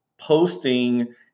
posting